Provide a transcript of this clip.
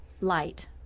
light